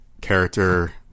character